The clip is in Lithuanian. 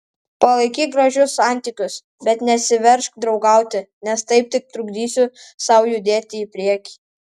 palaikyk gražius santykius bet nesiveržk draugauti nes taip tik trukdysi sau judėti į priekį